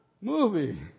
Movie